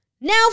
Now